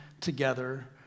together